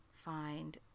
find